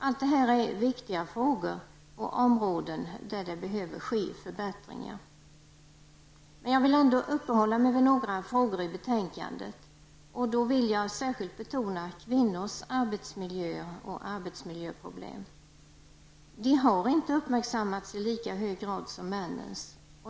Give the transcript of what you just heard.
Allt detta är viktiga frågor på områden där det behöver ske förbättringar. Jag vill ändå uppehålla mig vid några frågor i betänkandet. Jag vill då särskilt betona kvinnors arbetsmiljöer och arbetsmiljöproblem. Dessa har inte uppmärksammats i lika hög grad som männens.